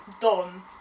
done